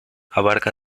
abarca